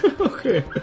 Okay